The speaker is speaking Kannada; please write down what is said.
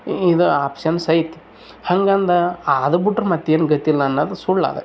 ಇದು ಆಪ್ಶನ್ಸ್ ಇದೆ ಹಂಗಂದು ಅದು ಬಿಟ್ರ್ ಮತ್ತೇನು ಗತಿ ಇಲ್ಲ ಅನ್ನೋದ್ ಸುಳ್ಳು ಅದು